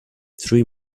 three